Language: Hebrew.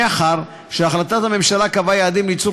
מאחר שהחלטת הממשלה קבעה יעדים לייצור